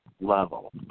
level